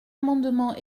amendement